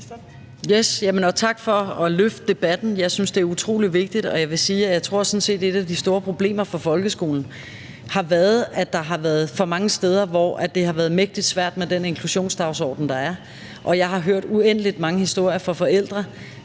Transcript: tak for at løfte debatten. Jeg synes, det er utrolig vigtigt, og jeg vil sige, at jeg sådan set tror, at et af de store problemer for folkeskolen har været, at der har været for mange steder, hvor det har været mægtig svært med den inklusionsdagsorden, der er. Jeg har hørt uendelig mange historier fra forældre,